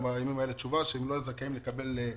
בימים אלה תשובה שהם לא זכאים לקבל ניהול תקין.